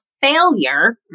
Failure